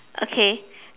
okay